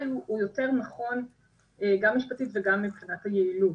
הוא יותר נכון גם משפטית וגם מבחינת היעילות.